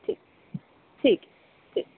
ٹھیک ٹھیک ٹھیک